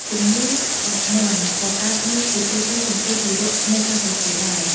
ជម្ងឺក្អកមាន់ ក៏កើតមានជាទូទៅចំពោះទារកនៅកម្ពុជាដែរ។